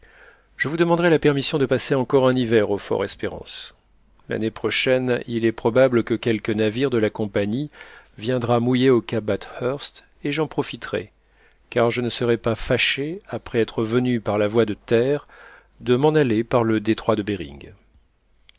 je vous demanderai la permission de passer encore un hiver au fort espérance l'année prochaine il est probable que quelque navire de la compagnie viendra mouiller au cap bathurst et j'en profiterai car je ne serai pas fâchée après être venue par la voie de terre de m'en aller par le détroit de behring